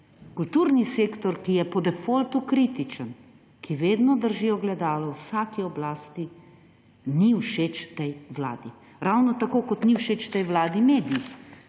Kulturni sektor, ki je po defaultu kritičen, ki vedno drži ogledalo vsaki oblasti, ni všeč tej vladi. Ravno tako kot niso všeč tej vladi mediji.